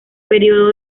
período